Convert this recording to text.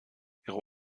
ihre